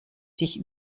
sich